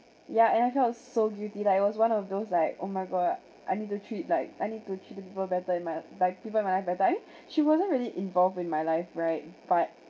ya and I felt so guilty lah it was one of those like oh my god I need to treat like I need to treat better in my like people in my life better I mean she wasn't really involved in my life right but